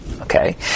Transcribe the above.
okay